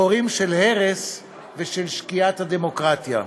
חורים של הרס ושל שקיעת הדמוקרטיה.